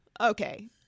okay